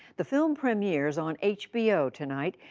the film premieres on hbo tonight.